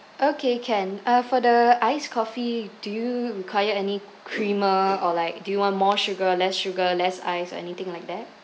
okay can uh for the iced coffee do you require any creamer or like do you want more sugar less sugar less ice or anything like that